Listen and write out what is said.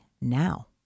now